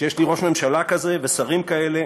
שיש לי ראש ממשלה כזה ושרים כאלה,